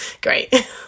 great